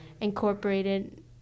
incorporated